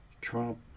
Trump